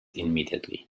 immediately